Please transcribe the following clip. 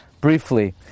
briefly